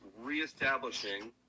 reestablishing